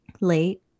late